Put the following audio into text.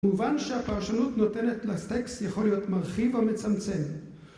המובן שהפרשנות נותנת לטקסט יכול להיות מרחיב או מצמצם